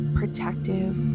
protective